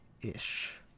ish